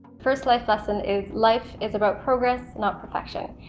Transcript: first life lesson is life is about progress not perfection.